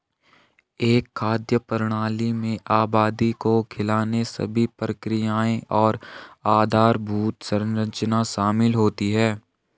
एक खाद्य प्रणाली में आबादी को खिलाने सभी प्रक्रियाएं और आधारभूत संरचना शामिल होती है